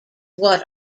what